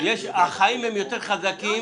החיים הם יותר חזקים.